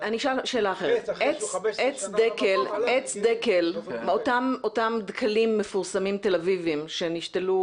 עץ דקל, אותם דקלים מפורסמים תל אביביים שנשתלו,